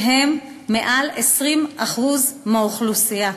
שהם מעל 20% מהאוכלוסייה.